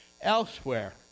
elsewhere